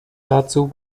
dazu